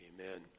Amen